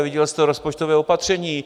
Viděl jste rozpočtové opatření.